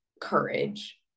courage